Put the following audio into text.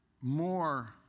more